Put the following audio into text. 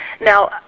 Now